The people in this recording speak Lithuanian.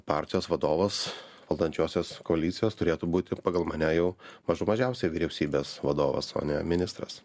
partijos vadovas valdančiosios koalicijos turėtų būti pagal mane jau mažų mažiausiai vyriausybės vadovas o ne ministras